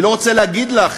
אני לא רוצה להגיד לך